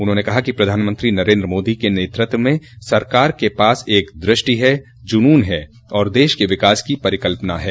उन्होंने कहा कि प्रधानमंत्री नरेन्द्र मोदी के नेतृत्व में सरकार के पास एक दृष्टि है जुनून है और देश के विकास की परिकल्पना है